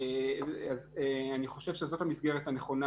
אני חושב שזאת המסגרת הנכונה.